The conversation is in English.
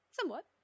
Somewhat